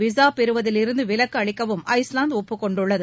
visa பெறுவதிலிருந்து விலக்கு அளிக்கவும் ஐஸ்லாந்து ஒப்புக்கொண்டுள்ளது